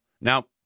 Now